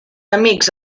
amics